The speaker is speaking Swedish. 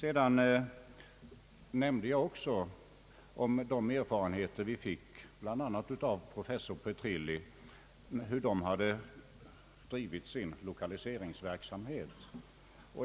Jag nämnde också om de erfarenheter vi fick bl.a. av professor Petrilli om hur de hade drivit sin lokaliseringsverksamhet.